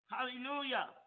Hallelujah